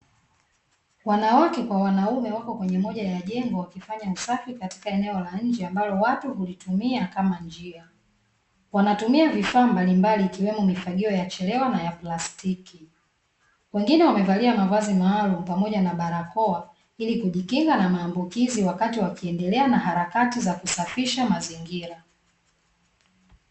Wanawake kwa wanaume, wako kwenye moja ya jengo wakifanya usafi katika eneo la nje ambalo watu hulitumia kama njia. Wanatumia vifaa mbalimbali ikiwemo mifagio ya chelewa na ya plastiki. Wengine wamevalia mavazi maalumu pamoja na barakoa ili kujikinga na maambukizi wakati wakiendelea na harakati za kusafisha mazingira.